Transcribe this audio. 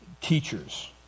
teachers